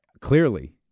Clearly